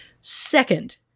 Second